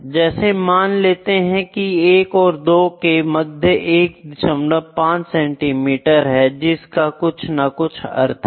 जैसे मान लेते हैं की एक और दो के मध्य 15 सेंटीमीटर है जिसका कुछ न कुछ अर्थ है